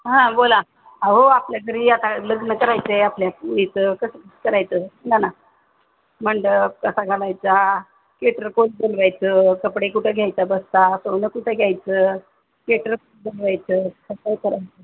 हां बोला अहो आपल्या घरी आता लग्न करायचंय आपल्या मुलीचं कसं करायचं ना ना मंडप कसा घालायचा केटर कोण बनवायचं कपडे कुठं घ्यायचं बस्ता सोनं कुठे घ्यायचं केटर बनवायचं कसं करायचं